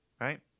right